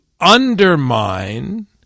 undermine